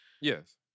Yes